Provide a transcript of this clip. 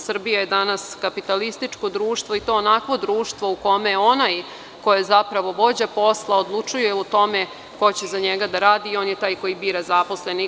Srbija je danas kapitalističko društvo i to onakvo društvo u kome onaj ko je zapravo vođa posla odlučuje o tome ko će za njega da radi i on je taj koji bira zaposlene.